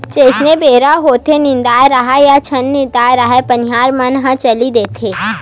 जइसने बेरा होथेये निदाए राहय या झन निदाय राहय बनिहार मन ह चली देथे